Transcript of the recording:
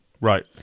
Right